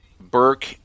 Burke